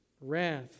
wrath